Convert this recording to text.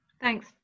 Thanks